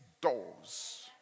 doors